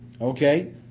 Okay